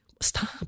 Stop